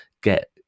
get